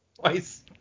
Twice